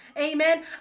Amen